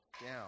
down